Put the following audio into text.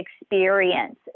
experience